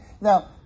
Now